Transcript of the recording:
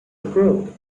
approved